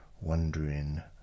wondering